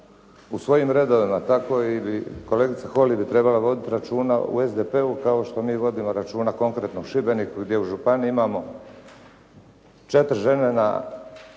u svojim redovima. Tako i kolegica Holy bi trebala voditi računa u SDP-u kao što mi vodimo računa konkretno u Šibeniku gdje u županiji imamo četiri žene,